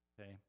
Okay